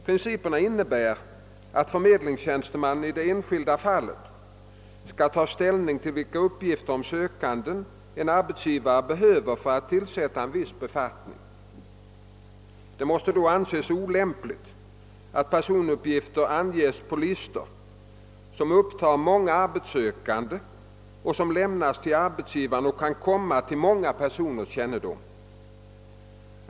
Principerna innebär att förmedlingstjänstemannen i det enskilda fallet skall ta ställning till vilka uppgifter om den sökande en arbetsgivare behöver ha för att tillsätta en viss befattning. Det måste då anses olämpligt att personuppgifter anges på listor, som upptar många arbetssökande och som lämnas till arbetsgivare och kan komma till många personers kännedom.